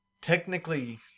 Technically